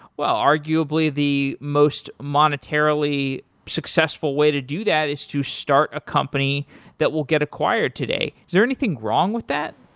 well, arguably the most monetarily successful way to do that is to start a company that will get acquired today. is there anything wrong with that?